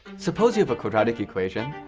suppose you have a quadratic equation,